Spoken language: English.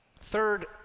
Third